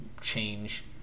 change